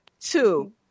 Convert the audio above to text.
Two